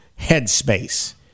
headspace